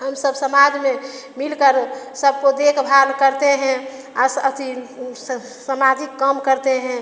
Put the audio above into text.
हम सब समाज में मिलकर सबको देखभाल करते हैं अस अथि समाजिक काम करते हैं